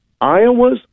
Iowa's